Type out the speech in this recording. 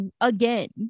again